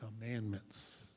commandments